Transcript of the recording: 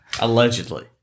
allegedly